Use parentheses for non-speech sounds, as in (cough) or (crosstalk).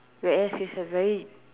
where he is a very (noise)